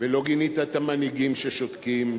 ולא גינית את המנהיגים ששותקים,